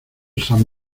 san